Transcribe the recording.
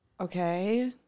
Okay